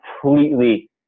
completely